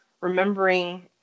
remembering